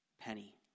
penny